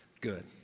Good